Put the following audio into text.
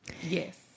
Yes